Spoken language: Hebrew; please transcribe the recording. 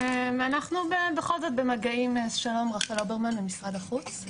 שלום, רחל אוברמן ממשרד החוץ.